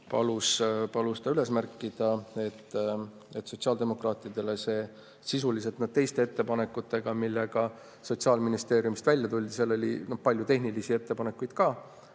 Ta palus üles märkida, et sotsiaaldemokraadid on teiste ettepanekutega, millega Sotsiaalministeerium välja tuli – seal oli palju tehnilisi ettepanekuid ka